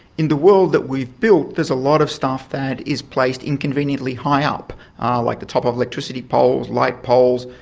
in the world that we've built there's a lot of stuff that is placed inconveniently high up like the top of electricity poles, light poles,